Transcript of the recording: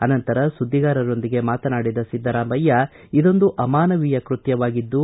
ಅನಂತರ ಸುದ್ದಿಗಾರರೊದಿಗೆ ಮಾತನಾಡಿದ ಸಿದ್ದರಾಮಯ್ಯ ಇದೊಂದು ಅಮಾನವೀಯ ಕೃತ್ಯವಾಗಿದ್ದು